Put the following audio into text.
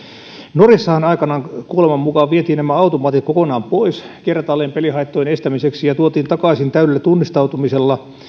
norjassahan aikanaan kuuleman mukaan vietiin nämä automaatit kertaalleen kokonaan pois pelihaittojen estämiseksi ja tuotiin takaisin täydellä tunnistautumisella